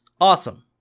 awesome